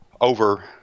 Over